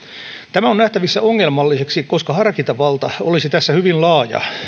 tämä on nähtävissä ongelmalliseksi koska harkintavalta olisi tässä hyvin laaja